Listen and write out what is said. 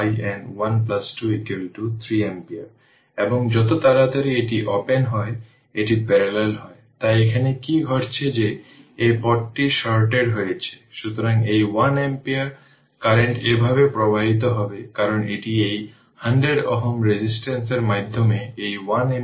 সুতরাং 0 থেকে t এবং এটি হল p এর এক্সপ্রেশন যা ইকুয়েশন 26 এটিকে এখানে রাখুন I শুধু I0 স্কোয়ার R e এর পাওয়ার 2 t τ dt ইন্টিগ্রেট করুন এবং যদি তা করেন তাহলে সিমপ্লিফাই করুন